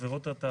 עבירות התעבורה.